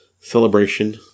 Celebration